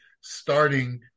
starting